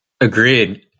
agreed